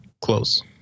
close